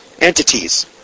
entities